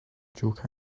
joke